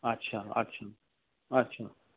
আচ্ছা আচ্ছা আচ্ছা